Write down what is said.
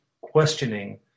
questioning